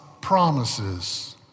promises